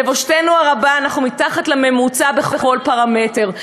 לבושתנו הרבה, אנחנו מתחת לממוצע בכל פרמטר.